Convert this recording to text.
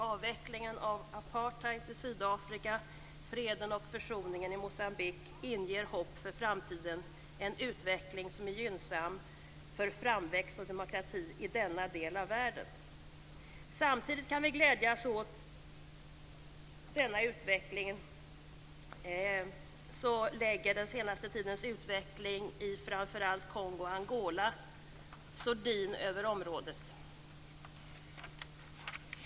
Avvecklingen av apartheid i Sydafrika samt freden och försoningen i Moçambique inger hopp för framtiden - en utveckling som är gynnsam för framväxt och demokrati i denna del av världen. Samtidigt som vi kan glädjas åt denna utveckling lägger den senaste tidens utveckling i framför allt Kongo och Angola sordin över området.